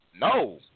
No